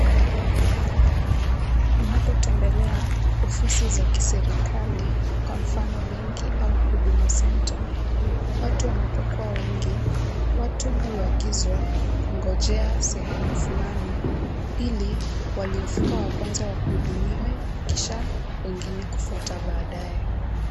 Unapo tembelea ofisi za kiserikali kwa mfano benki au huduma centre watu wanapokua wengi watu huagizwa kungojea sehemu flani ili walio fika wa kwanza wahudumiwe kisha wengine kufuta baadae.